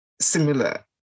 similar